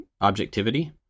Objectivity